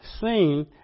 seen